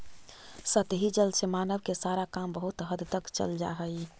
सतही जल से मानव के सारा काम बहुत हद तक चल जा हई